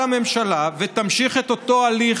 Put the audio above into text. על הממשלה ותמשיך את אותו הליך,